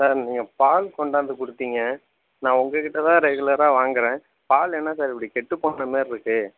sir நீங்கள் பால் கொண்டாந்து கொடுத்தீங்க நான் உங்கள்கிட்ட தான் ரெகுலராக வாங்கறேன் பால் என்ன சார் இப்படி கெட்டுப்போன மாரி இருக்கு